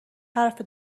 حرف